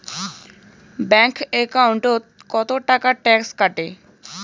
Bank একাউন্টত কতো টাকা ট্যাক্স কাটে?